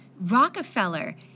Rockefeller